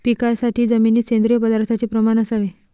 पिकासाठी जमिनीत सेंद्रिय पदार्थाचे प्रमाण असावे